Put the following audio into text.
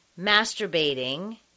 masturbating